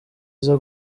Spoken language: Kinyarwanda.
iza